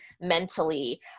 mentally